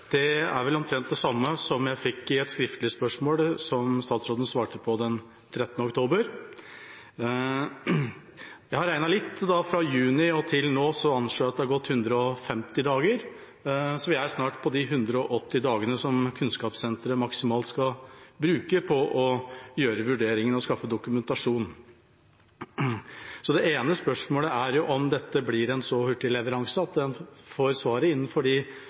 fikk i et skriftlig spørsmål som statsråden svarte på 13. oktober. Jeg har regnet litt. Fra juni til nå anslår jeg at det har gått 150 dager, så vi er snart på de 180 dagene som Kunnskapssenteret maksimalt skal bruke på å gjøre vurderingen og skaffe dokumentasjon. Det ene spørsmålet er om dette blir en så hurtig leveranse at man får svaret innenfor